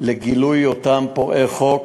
לגילוי אותם פורעי חוק,